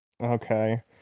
Okay